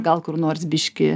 gal kur nors biškį